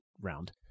round